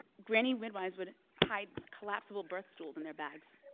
granny midwives would hide collapsible births tools in their bags